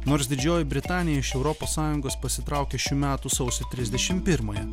nors didžioji britanija iš europos sąjungos pasitraukė šių metų sausio trisdešimt pirmąją